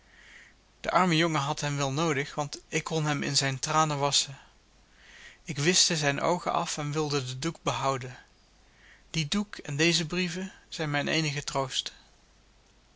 de arme jongen had hem wel noodig want ik kon hem in zijn tranen wasschen ik wischte zijn oogen af en wilde den doek behouden die doek en deze brieven zijn mijn eenige troost